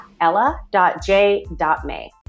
ella.j.may